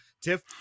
Tiff